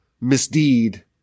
misdeed